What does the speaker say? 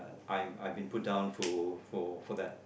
I'm I've been put down through for for that